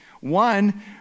One